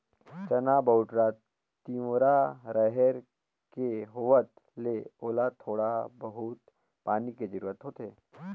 चना, बउटरा, तिंवरा, रहेर के होवत ले ओला थोड़ा बहुत पानी के जरूरत होथे